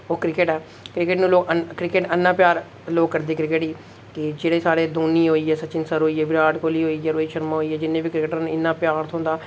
ओह् क्रिकेट ऐ क्रिकेट अन्ना प्यार लोग करदे क्रिकेट गी के जह्ड़े साढ़े धोनी होई गे सचिन सर होई गे विराट कोहली होई गे रोहित शर्मा होई गेआ जिन्ने बी क्रिकेटर न इन्ना प्यार थ्होंदा